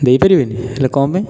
ଦେଇପାରିବେନି ହେଲେ କ'ଣ ପାଇଁ